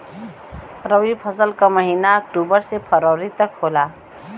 रवी फसल क महिना अक्टूबर से फरवरी तक होला